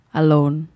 alone